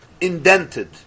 indented